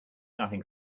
nothing